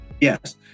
Yes